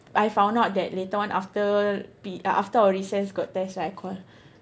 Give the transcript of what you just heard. I found out that later on after the uh after our recess got test right then I call